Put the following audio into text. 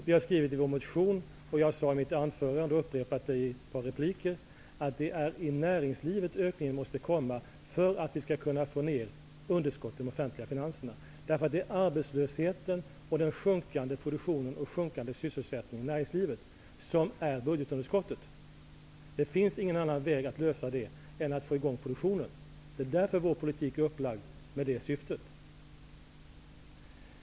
Vi har skrivit i vår motion, jag sade det i mitt anförande och har upprepat det i några repliker, att ökningen måste ske i näringslivet för att vi skall kunna få ner underskottet i de offentliga finanserna. Det är arbetslösheten, den sjunkande produktionen och den sjunkande sysselsättningen i näringslivet som utgör budgetunderskottet. Det finns ingen annan väg att lösa detta problem än att få i gång produktionen. Det är därför vår politik är upplagd med det syftet.